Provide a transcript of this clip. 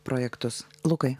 projektus lukai